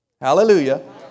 Hallelujah